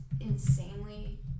insanely